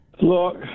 Look